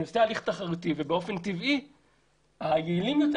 אני עושה הליך תחרותי ובאופן טבעי היעילים יותר